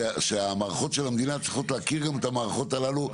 שגם המערכות של המדינה צריכות להכיר את המערכות הללו.